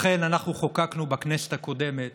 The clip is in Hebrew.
לכן אנחנו חוקקנו בכנסת הקודמת